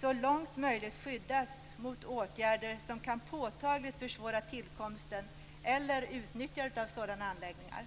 så långt möjligt skyddas mot åtgärder som påtagligt kan försvåra tillkomsten eller utnyttjandet av sådana anläggningar.